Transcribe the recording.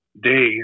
days